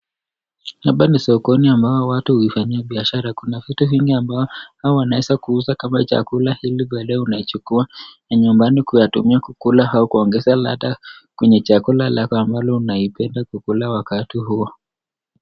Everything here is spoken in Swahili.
Hapa ni sokoni ambamo watu hufanyi biashara. Kuna vitu vingi ambao hawa wanaweza kuuza kama chakula ili kuenda unachukua nyumbani kutumia kukula ama kuongezea radha kwa chakula yako ambayo unaipenda kukula wakati huo.